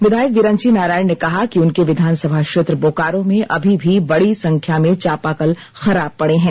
विधायक विरंची नारायण ने कहा कि उनके विधानसभा क्षेत्र बोकारो में अभी भी बड़ी संख्या में चापाकल खराब पड़े हैं